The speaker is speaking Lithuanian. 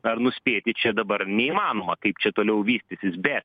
ar nuspėti čia dabar neįmanoma kaip čia toliau vystysis be